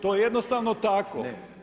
To je jednostavno tako.